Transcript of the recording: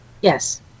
Yes